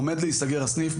עומד להיסגר הסניף,